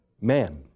men